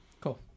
cool